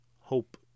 hope